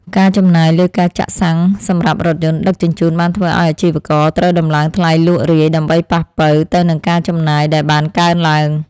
ការចំណាយលើការចាក់សាំងសម្រាប់រថយន្តដឹកជញ្ជូនបានធ្វើឱ្យអាជីវករត្រូវដំឡើងថ្លៃលក់រាយ ដើម្បីប៉ះប៉ូវទៅនឹងការចំណាយដែលបានកើនឡើង។